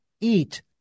eat